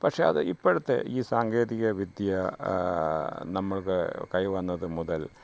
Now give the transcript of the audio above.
പക്ഷേ അത് ഇപ്പോഴത്തെ ഈ സാങ്കേതിക വിദ്യ നമ്മൾക്ക് കൈവന്നതു മുതൽ